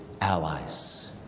allies